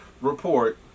report